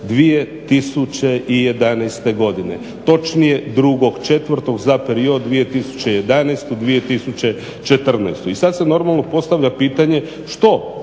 2011. godine, točnije 2.4. za period 2011.-2014. I sad se normalno postavlja pitanje što